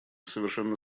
совершенно